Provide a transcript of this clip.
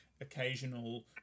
occasional